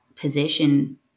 position